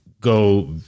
Go